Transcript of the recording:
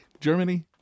Germany